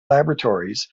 laboratories